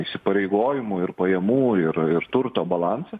įsipareigojimų ir pajamų ir ir turto balansą